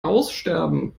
aussterben